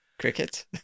Cricket